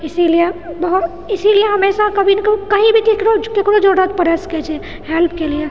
इसीलिए बहु इसीलिए हमेशा कभी ने कभी कही भी ककरो केकरो जरूरत पड़ि सकै छै हेल्प कऽ लिअऽ